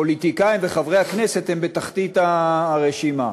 הפוליטיקאים וחברי הכנסת הם בתחתית הרשימה.